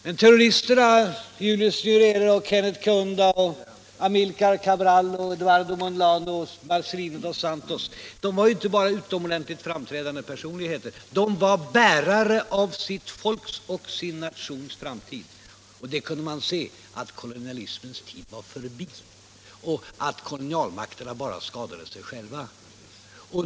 Men terroristerna — Julius Nyerere, Kenneth Kaunda, Amilcar Cabral, Eduardo Mondlane och Marcelino do Santos — var inte bara utomordentliga personer; de var bärare av sina folks och sina nationers framtid. Man kunde se att kolonialismens tid var förbi och att kolonialmakterna bara skadade sig själva.